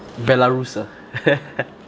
belarus ah